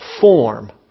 form